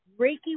Reiki